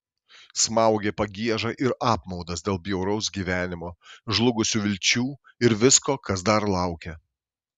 smaugė pagieža ir apmaudas dėl bjauraus gyvenimo žlugusių vilčių ir visko kas dar laukia